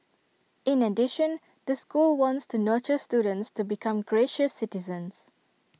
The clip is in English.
in addition the school wants to nurture students to become gracious citizens